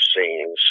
scenes